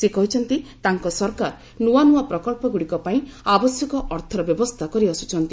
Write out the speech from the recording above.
ସେ କହିଛନ୍ତି ତାଙ୍କ ସରକାର ନୂଆ ନୂଆ ପ୍ରକଳ୍ପଗୁଡ଼ିକ ପାଇଁ ଆବଶ୍ୟକ ଅର୍ଥର ବ୍ୟବସ୍ଥା କରିଆସୁଛନ୍ତି